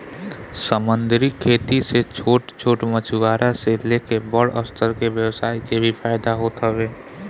समंदरी खेती से छोट छोट मछुआरा से लेके बड़ स्तर के व्यवसाय के भी फायदा होत हवे